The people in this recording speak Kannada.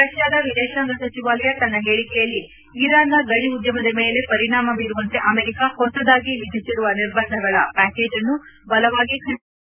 ರಷ್ಲಾದ ವಿದೇಶಾಂಗ ಸಚಿವಾಲಯ ತನ್ನ ಹೇಳಿಕೆಯಲ್ಲಿ ಇರಾನ್ನ ಗಣಿ ಉದ್ಯಮದ ಮೇಲೆ ಪರಿಣಾಮ ಬೀರುವಂತೆ ಅಮೆರಿಕಾ ಹೊಸದಾಗಿ ವಿಧಿಸಿರುವ ನಿರ್ಬಂಧಗಳ ಪ್ಟಾಕೇಜ್ ಅನ್ನು ಬಲವಾಗಿ ಖಂಡಿಸಿದೆ